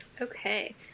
Okay